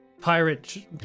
Pirate